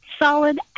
Solid